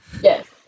Yes